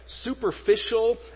superficial